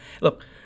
Look